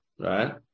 Right